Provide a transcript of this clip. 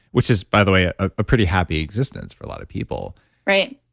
which is, by the way, ah a pretty happy existence for a lot of people right